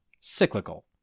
cyclical